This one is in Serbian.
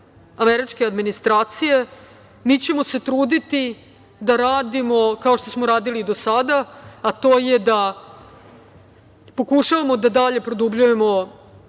američke administracije, mi ćemo se truditi da radimo kao što smo radili do sada, a to je da pokušavamo da dalje produbljujemo